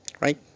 right